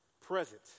present